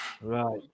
Right